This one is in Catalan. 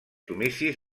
comicis